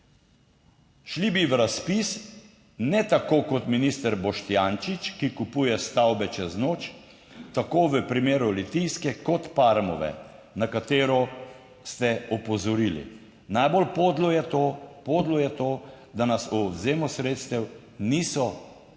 Šli bi v razpis, ne tako kot minister Boštjančič, ki kupuje stavbe čez noč, tako v primeru Litijske kot Parmove, na katero ste opozorili. Najbolj podlo je to, podlo je to, da nas o odvzemu sredstev niso, koalicija,